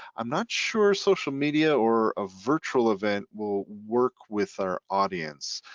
i'm not sure social media or a virtual event will work with our audience,